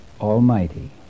Almighty